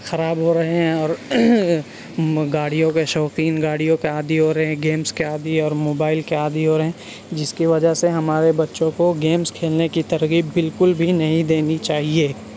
خراب ہو رہے ہیں اور گاڑیوں کے شوقین گاڑیوں کے عادی ہو رہے ہیں گیمس کے عادی اور موبائل کے عادی ہو رہے ہیں جس کی وجہ سے ہمارے بچوں کو گیمس کھیلنے کی ترغیب بالکل بھی نہیں دینی چاہیے